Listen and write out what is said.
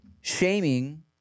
shaming